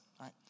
right